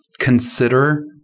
Consider